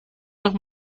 noch